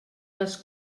les